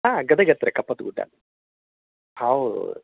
ಹಾಂ ಗದಗ್ ಹತ್ರ ಕಪ್ಪತ್ಗುಡ್ಡ ಹೌ